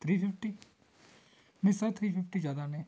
three fifty ਨਹੀਂ sir three fifty ਜ਼ਿਆਦਾ ਨੇ